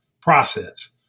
process